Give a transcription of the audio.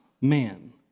man